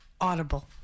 audible